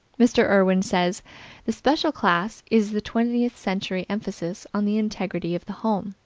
mr. irwin says the special class is the twentieth century emphasis on the integrity of the home.